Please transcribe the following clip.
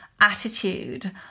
attitude